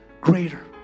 Greater